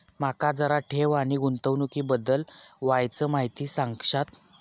माका जरा ठेव आणि गुंतवणूकी बद्दल वायचं माहिती सांगशात?